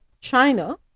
China